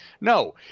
No